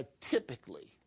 typically